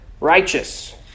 righteous